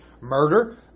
murder